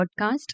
podcast